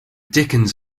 dickens